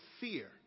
fear